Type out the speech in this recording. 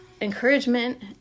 encouragement